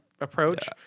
approach